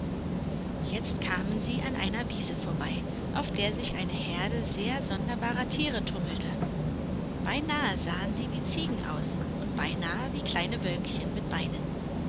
jetzt kamen sie an einer wiese vorbei auf der sich eine herde sehr sonderbarer tiere tummelte beinahe sahen sie wie ziegen aus und beinahe wie kleine wölkchen mit beinen